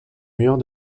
murs